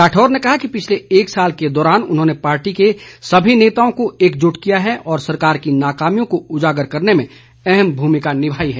राठौर ने कहा कि पिछले एक साल के दौरान उन्होंने पार्टी के सभी नेताओं को एकजुट किया है और सरकार की नाकामियों को उजागर करने में अहम भूमिका निभाई है